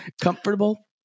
comfortable